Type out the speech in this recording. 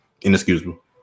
Inexcusable